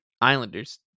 Islanders